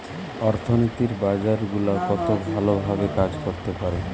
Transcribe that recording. অর্থনীতির বাজার গুলা কত ভালো ভাবে কাজ করতে পারে